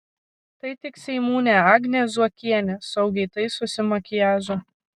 tai tik seimūnė agnė zuokienė saugiai taisosi makiažą